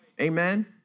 Amen